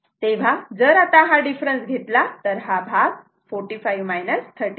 तेव्हा जर आता हा डिफरन्स घेतला तर हा भाग 45 39